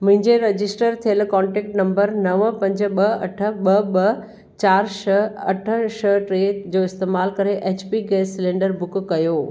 मुंहिंजे रजिस्टर थियलु contact number नव पंज ॿ अठ ॿ ॿ चारि छ्ह अठ छह टे जो इस्तेमालु करे हिकु H P gas cylinder book कयो